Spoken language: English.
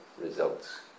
results